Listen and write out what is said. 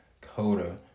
Coda